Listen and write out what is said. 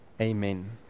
Amen